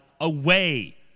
away